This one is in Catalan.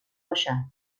baixar